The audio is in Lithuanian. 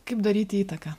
kaip daryti įtaką